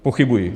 Pochybuji.